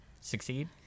succeed